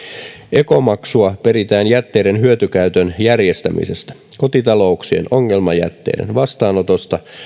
ekomaksua peritään jätteiden hyötykäytön järjestämisestä kotitalouksien ongelmajätteen vastaanotosta